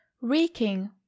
reeking